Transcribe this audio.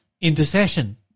intercession